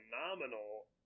phenomenal